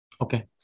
okay